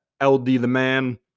LDTheMan